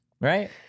Right